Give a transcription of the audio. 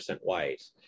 white